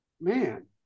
man